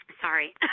Sorry